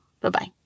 Bye-bye